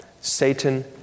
Satan